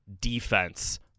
defense